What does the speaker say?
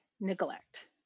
neglect